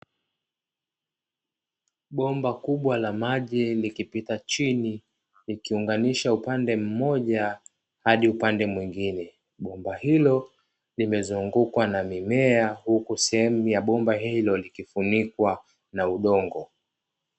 Bomba kubwa la maji likipita chini, likiunganisha upande mmoja hadi upande mwingine. Bomba hilo limezungukwa na mimea, huku sehemu ya bomba hilo ikifunikwa kwa udongo.